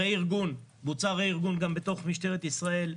בוצע רה-ארגון גם בתוך משטרת ישראל.